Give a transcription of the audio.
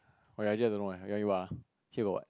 wait I just don't know eh you want eat what uh here got what